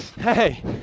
hey